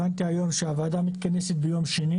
הבנתי היום שהוועדה מתכנסת ביום שני